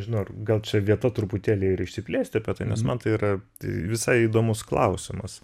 žinokit gal čia vieta truputėlį yra išsiplėsti apie tai nes man tai yra visai įdomus klausimas